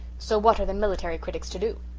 so what are the military critics to do?